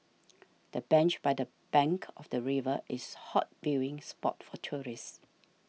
the bench by the bank of the river is hot viewing spot for tourists